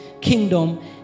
kingdom